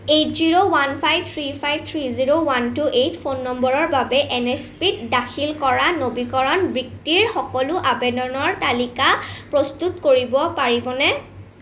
eight zero one five three five three zero one two eight phone নম্বৰৰ বাবে N S পিত দাখিল কৰা নবীকৰণ বৃত্তিৰ সকলো আবেদনৰ তালিকা প্ৰস্তুত কৰিব পাৰিবনে